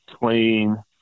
clean